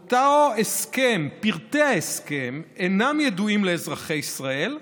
אותו הסכם, פרטי ההסכם אינם ידועים לאזרחי ישראל,